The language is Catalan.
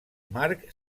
marc